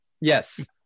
yes